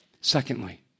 Secondly